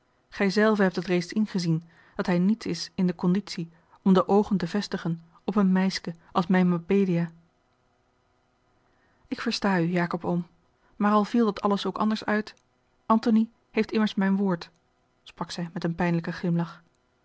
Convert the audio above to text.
gij zelve hebt het reeds ingezien dat hij niet is in de conditie om de oogen te vestigen op een meiske als mijne mabelia ik versta u jacob oom maar al viel dat alles ook anders uit antony heeft immers mijn woord sprak zij met een pijnlijken glimlach